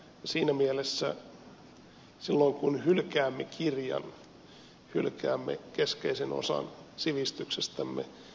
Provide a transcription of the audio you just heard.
siinä mielessä silloin kun hylkäämme kirjan hylkäämme keskeisen osan sivistyksestämme